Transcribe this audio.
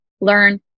learn